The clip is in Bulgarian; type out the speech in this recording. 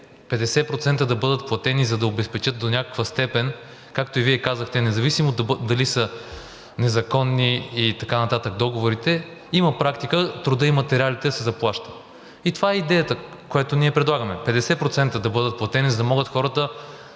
50% да бъдат платени, за да обезпечат до някаква степен, както и Вие казахте, независимо дали са незаконни и така нататък договорите, има практика трудът и материалите да се заплащат. Това е идеята, която ние предлагаме – 50% да бъдат платени, за да могат хората